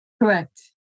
Correct